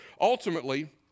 ultimately